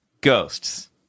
Ghosts